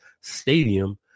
stadium